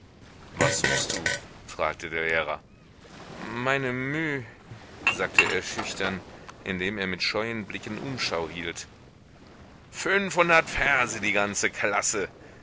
was suchst du fragte der lehrer meine mü sagte er schüchtern indem er mit scheuen blicken umschau hielt fünfhundert verse die ganze klasse